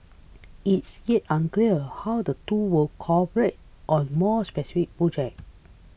it's yet unclear how the two will cooperate on more specific projects